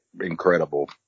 incredible